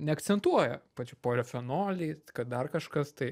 neakcentuoja va čia pori polifenoliai kad dar kažkas tai